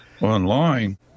online